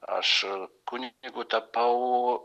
aš kunigu tapau